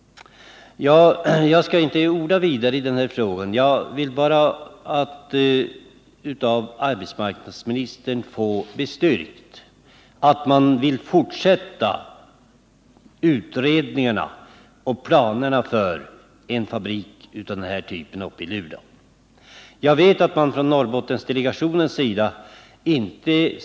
Jag skall inte orda vidare i denna fråga. Jag vill bara av arbetsmarknadsministern få bestyrkt att man vill fortsätta utredningarna och planerna för en fabrik av den här typen uppe i Luleå. Jag vet att Norrbottensdelegationen inte .